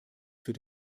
für